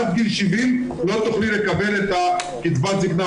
עד גיל 70 לא תוכלי לקבל את קצבת הזקנה,